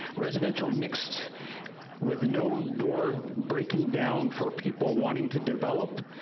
residential mixed with no-door breaking down for people wanting to develop,